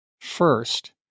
first